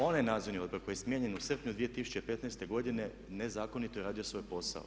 Onaj nadzorni odbor koji je smijenjen u srpnju 2015.godine nezakonito je radio svoj posao.